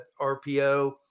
RPO